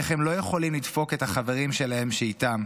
ואיך הם לא יכולים לדפוק את החברים שלהם שאיתם.